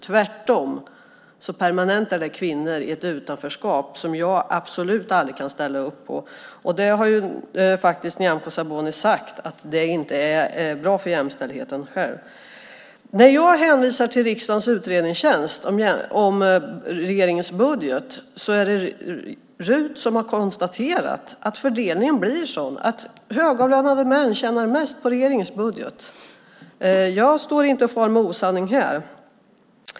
Tvärtom permanentar det kvinnor i ett utanförskap, som jag absolut aldrig kan ställa upp på. Nyamko Sabuni har ju själv sagt att det inte är bra för jämställdheten. Jag hänvisar till riksdagens utredningstjänst om regeringens budget, och det är RUT som har konstaterat att fördelningen blir sådan att högavlönade män tjänar mest på regeringens budget. Jag står inte här och far med osanning.